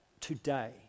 today